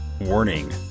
Warning